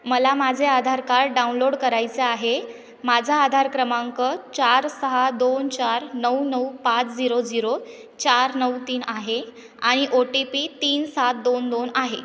मला माझे Aadhaar card download करायचं आहे माझा आधार क्रमांक चार सहा दोन चार नऊ नऊ पाच झिरो झिरो चार नऊ तीन आहे आणि ओ टी पी तीन सात दोन दोन आहे